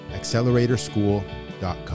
acceleratorschool.com